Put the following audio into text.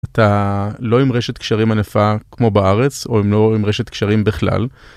אתה לא עם רשת קשרים ענפה כמו בארץ או עם לא עם רשת קשרים בכלל.